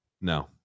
No